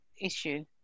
issue